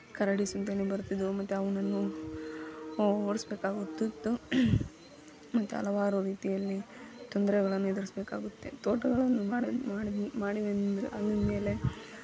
ಕರಡಿ ಸಂತೇನು ಬರುತ್ತಿದ್ದವು ಮತ್ತೆ ಅವನನ್ನು ಓಡಿಸ್ಬೇಕಾಗುತ್ತಿತ್ತು ಮತ್ತು ಹಲವಾರು ರೀತಿಯಲ್ಲಿ ತೊಂದರೆಗಳನ್ನು ಎದುರಿಸಬೇಕಾಗುತ್ತೆ ತೋಟಗಳನ್ನು ಮಾಡಿದ್ದು ಮಾಡಿದ್ದು ಮಾಡಿ ಮೇಲಿಂದ ಅಲ್ಲೇ ಮೇಲೆ